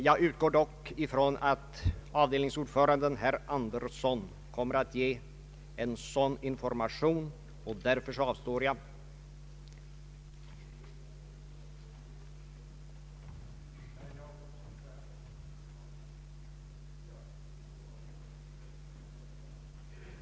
Jag utgår dock ifrån att avdelningens ordförande, herr Birger Andersson, kommer att ge information om detta, och jag avstår därför från att göra någon egen kommentar.